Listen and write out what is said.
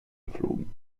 geflogen